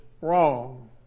wrong